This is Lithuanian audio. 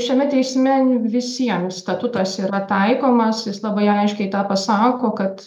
šiame teisme visiems statutas yra taikomas jis labai aiškiai tą pasako kad